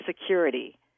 security